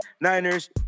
niners